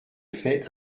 fait